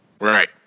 Right